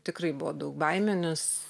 tikrai buvo daug baimių nes